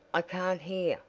i can't hear,